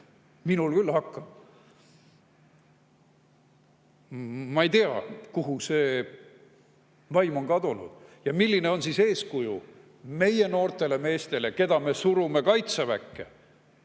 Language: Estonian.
Minul küll hakkab. Ma ei tea, kuhu see vaim on kadunud ja milline on eeskuju meie noortele meestele, keda me surume kaitseväkke,